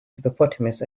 hippopotamus